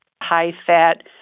high-fat